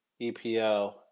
EPO